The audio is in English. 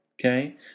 okay